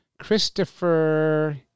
Christopher